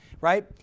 right